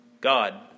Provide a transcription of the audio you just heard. God